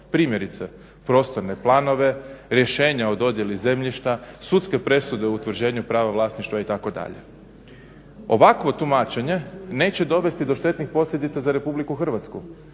primjerice prostorne planove, rješenja o dodjeli zemljišta, sudske presude o utvrđenju prava vlasništva itd. Ovakvo tumačenje neće dovesti do štetnih posljedica za RH. Njime ništa